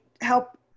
help